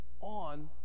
on